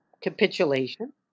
capitulation